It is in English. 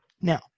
Now